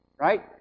right